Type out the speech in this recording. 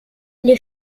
les